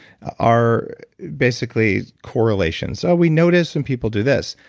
are basically correlations so we noticed when people do this.